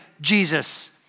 Jesus